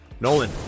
Nolan